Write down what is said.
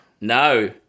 No